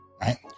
right